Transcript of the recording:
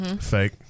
Fake